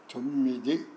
తొమ్మిది